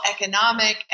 economic